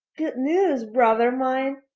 good news, brother mine!